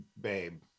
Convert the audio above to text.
babe